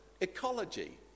ecology